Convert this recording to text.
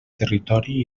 territori